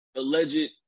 alleged